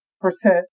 percent